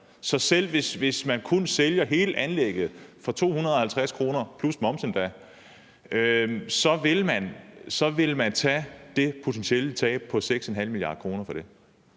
så selv hvis man sælger hele anlægget for kun 250 kr. plus moms endda, vil man tage det potentielle tab på 6,5 mia. kr. på det?